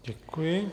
Děkuji.